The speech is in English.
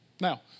Now